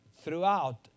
throughout